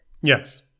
Yes